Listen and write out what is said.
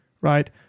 right